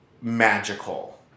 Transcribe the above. magical